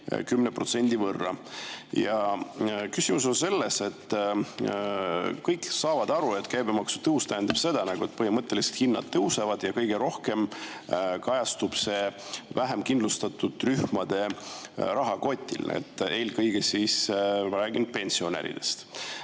10% võrra. Küsimus on selles, et kõik saavad aru, et käibemaksu tõus tähendab seda, et põhimõtteliselt hinnad tõusevad ja kõige rohkem kajastub see vähem kindlustatute rahakotis. Eelkõige räägin pensionäridest.